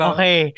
Okay